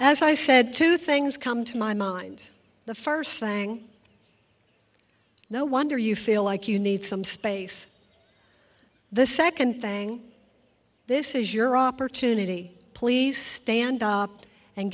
as i said two things come to my mind the first sang no wonder you feel like you need some space the second thing this is your opportunity please stand up and